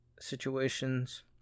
situations